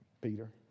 Peter